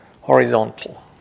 horizontal